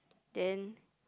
then